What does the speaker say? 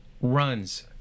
runs